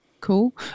Cool